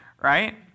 right